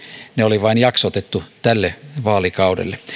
ne vain oli jaksotettu tälle vaalikaudelle